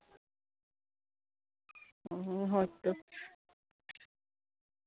ᱚᱸᱻ ᱦᱳᱭᱛᱚ